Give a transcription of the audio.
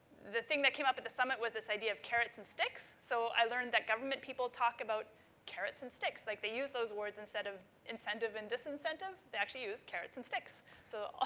the thing that came up at the summit was this idea of carrots and sticks. so, i learned that government people talk about carrots and sticks, like they use those words instead of incentive and disincentive. they actually use carrots and sticks. so, ah